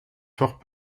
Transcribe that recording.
fort